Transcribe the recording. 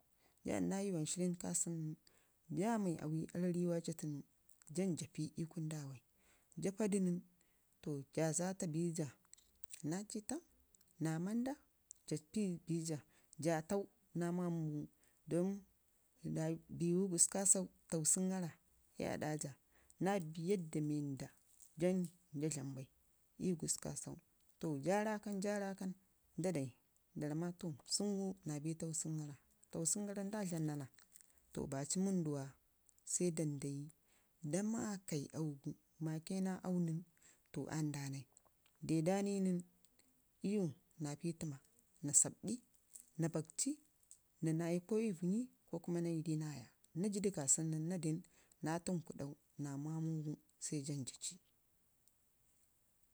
jaa dlam naa yuwon shirrən ka sən nən, jaa mai agwi aarrawi jaa tunu jan jaa pi ii ƙunu dawai, jaa pa du nən o jaa zata bi jaa naa ciita namanda, jaa ci naa mamu gu don biwu gurku kasau tagsən gara ii adajaa naa bi yadda wanda jan faa dlam bai gurku kasau. Tu jaa rakan jaa rakan nda nai da ramma to sungu naa bai tagsəngara, tagsəngara nda dlam na- na to baci wənduna sai dan dayi da makai aaugu, make naa aaugun sai dan da nai de da ni nən iyu naa pii təmma, naa sabɗi, naa lo akci naa naayi ko la vənnye ko kuma naa yi diie naya naaji da ka sanu nən na dewa naa tənkuɗau naa mamugu sai jan jaa ci.